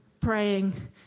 praying